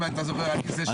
אם אתה זוכר, אני זה שהצעתי.